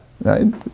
right